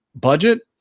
budget